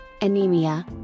anemia